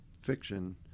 fiction